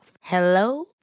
Hello